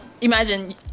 imagine